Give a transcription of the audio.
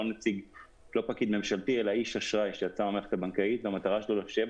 לא פקיד ממשלתי אלא איש אשראי שיצא מהמערכת הבנקאית והמטרה שלו לשבת